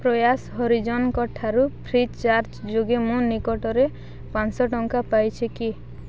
ପ୍ରୟାସ ହରିଜନଙ୍କଠାରୁ free charge ଯୋଗେ ମୁଁ ନିକଟରେ ପାଞ୍ଚ ଶହ ଟଙ୍କା ପାଇଛି କି